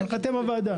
אתם הוועדה.